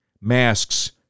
masks